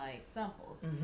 samples